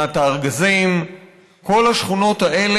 שכונת הארגזים,